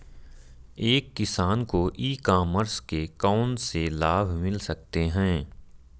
एक किसान को ई कॉमर्स के कौनसे लाभ मिल सकते हैं?